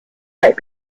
might